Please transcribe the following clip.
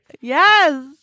yes